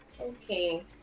Okay